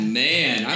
man